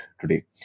today